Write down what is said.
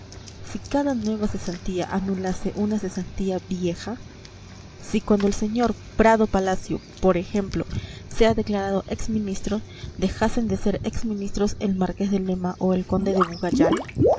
si cada nueva cesantía anulase una cesantía vieja si cuando el señor prado palacio por ejemplo sea declarado ex ministro dejasen de ser ex ministros el marqués de lema o el conde de